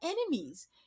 enemies